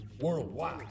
Worldwide